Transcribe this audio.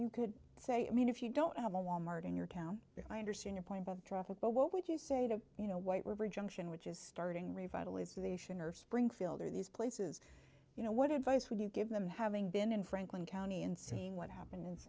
you could say i mean if you don't have a wal mart in your town i understand your point of travel but what would you say to you know white river junction which is starting revitalization or springfield or these places you know what advice would you give them having been in franklin county and seeing what happen